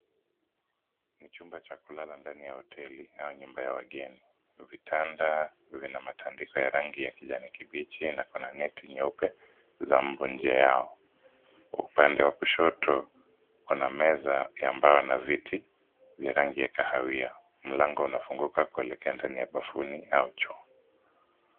Ni chumba cha kulala ndani ya hoteli au nyumba ya wageni. Vitanda vina matandiko ya rangi ya kijani kibichi na kuna neti nyeupe za mbu nje yao. Upande wa kushoto kuna meza ya mbao na viti vya rangi ya kahawia. Mlango unafunguka kuelekea ndani ya bafuni au choo.